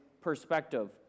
perspective